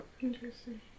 Interesting